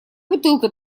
бутылка